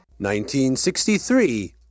1963